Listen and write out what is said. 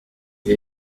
ibi